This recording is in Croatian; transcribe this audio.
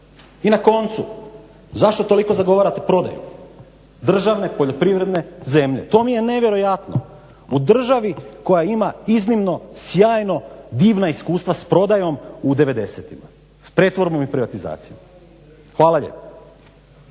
I na koncu, zašto toliko zagovarate prodaju državne poljoprivredne zemlje, to mi je nevjerojatno. U državi koja ima iznimno sjajno divna iskustva s prodajom u 90. s pretvorbom i privatizacijom. Hvala lijepa.